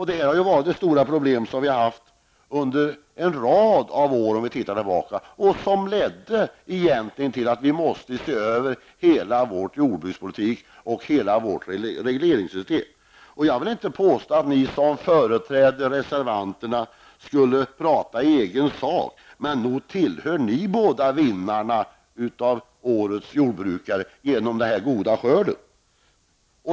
Det har varit det stora problemet under en lång rad av år och egentligen ledde till att vi måste se över hela vår jordbrukspolitik och hela regleringssystemet. Jag vill inte påstå att ni som företräder reservanterna skulle tala i egen sak, men nog tillhör ni båda vinnarna på grund av den goda skörden.